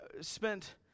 spent